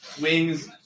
Wings